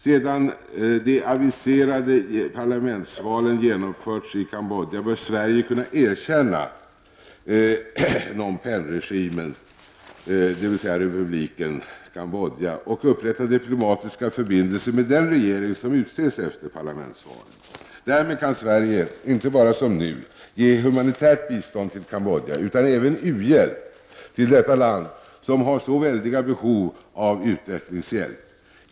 Sedan de aviserade parlamentsvalen genomförts i Cambodja bör Sverige kunna erkänna Phnom Penh-regimen, dvs. republiken Cambodja och upprätta diplomatiska förbindelser med den regering som utses efter parlamentsvalen. Därmed kan Sverige inte bara som nu ge humanitärt bistånd till Cambodja utan även uhjälp till detta land, som har så väldiga behov av utvecklingshjälp.